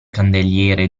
candeliere